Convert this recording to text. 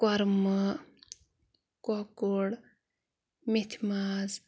کۄرمہٕ کۄکُر میتھِ ماز